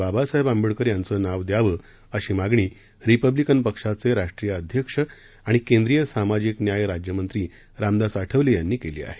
बाबासाहेब आंबेडकर यांचं नाव द्यावं अशी मागणी रिपब्लिकन पक्षाचे राष्ट्रीय अध्यक्ष आणि केंद्रीय सामाजिक न्याय राज्यमंत्री रामदास आठवले यांनी केली आहे